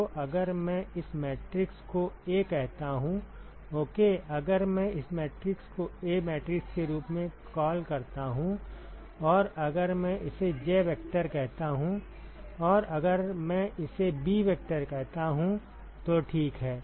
तो अगर मैं इस मैट्रिक्स को A कहता हूं ओके अगर मैं इस मैट्रिक्स को A मैट्रिक्स के रूप में कॉल करता हूं और अगर मैं इसे J वेक्टर कहता हूं और अगर मैं इसे B वेक्टर कहता हूं तो ठीक है